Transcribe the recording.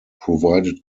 provided